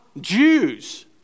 Jews